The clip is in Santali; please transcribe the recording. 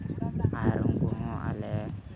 ᱟᱨᱦᱚᱸ ᱟᱞᱮ